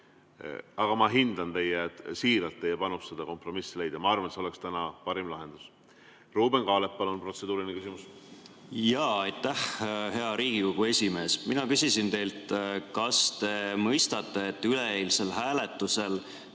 Aga ma hindan siiralt teie panust selleks et kompromissi leida ja ma arvan, et see oleks täna parim lahendus. Ruuben Kaalep, palun protseduuriline küsimus! Jaa, aitäh, hea Riigikogu esimees! Mina küsisin teilt, kas te mõistate, et üleeilsel hääletusel